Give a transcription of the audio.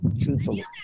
Truthfully